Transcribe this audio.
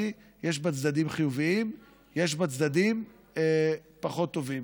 יש בה צדדים חיוביים ויש בה צדדים פחות טובים,